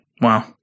Wow